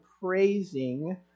praising